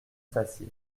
s’assied